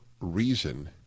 reason